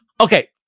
Okay